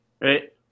Right